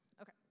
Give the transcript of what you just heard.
Okay